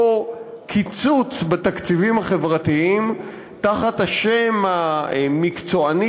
אותו קיצוץ בתקציבים החברתיים תחת השם המקצועני